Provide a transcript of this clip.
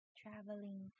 traveling